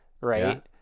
right